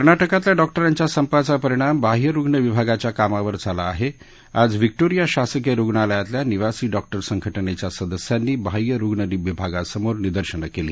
कर्नाटकातल्या डॉक्टरांच्या संपाचा परिणाम बाह्यरुगण विभागाच्या कामावर झाला आह आज व्हीक्टोरिया शासकीय रुगणालयातल्या निवासी डॉक्टर संघटनच्या सदस्यांनी बाह्य रुग्ण विभागासमोर निदर्शनं कळी